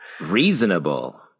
Reasonable